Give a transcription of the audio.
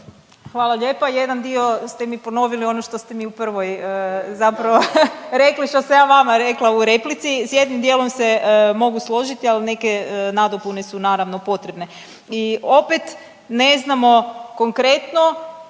Hvala lijepa. Jedan dio ste mi ponovili ono što ste u prvoj zapravo, rekli što sam ja vama rekla u replici, s jednim dijelom se mogu složiti, ali neke nadopune su naravno, potrebne i opet, ne znamo konkretno